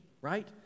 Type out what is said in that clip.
Right